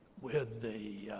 with the